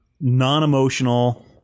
non-emotional